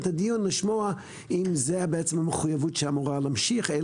הדיון לשמוע אם זה מחויבות שאמורה להמשיך או